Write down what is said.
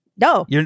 No